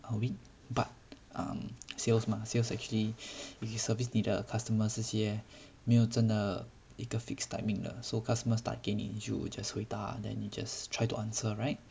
a week but um sales mah sales actually when 你 service 你的 customers 这些没有真的一个 fixed timing 的 so customers 打给你就 just 回答 then you just try to answer right